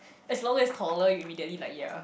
as long as taller you immediately like ya